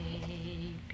baby